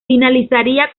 finalizaría